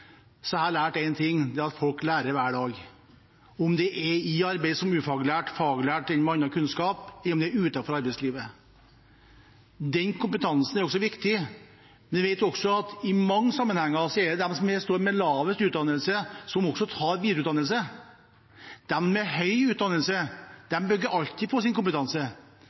ting, og det er at folk lærer hver dag – om det er i arbeid som ufaglært eller faglært, eller det er kunnskap tilegnet utenfor arbeidslivet. Den kompetansen er også viktig. Vi vet at i mange sammenhenger er det de som har lavest utdannelse, som også tar videreutdannelse. De med høy utdannelse bygger alltid på sin kompetanse,